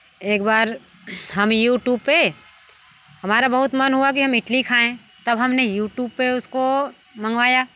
एक बार हम यूट्यूब पर हमारा बहुत मन हुआ कि हम इडली खाएँ तब हमने यूट्यूब पर उसको मंगवाया